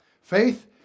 Faith